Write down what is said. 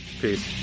Peace